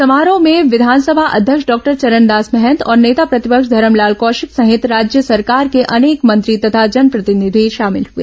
समारोह में विधानसभा अध्यक्ष डॉक्टर चरणदास महंत और नेता प्रतिपक्ष धरमलाल कौशिक सहित राज्य सरकार के अनेक मंत्री तथा जनप्रतिनिधि शामिल हुए